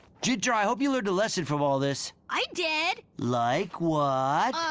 ginger, i hope you learned a lesson from all this. i did. like what? ah.